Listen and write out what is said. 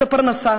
את הפרנסה,